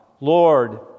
Lord